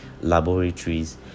laboratories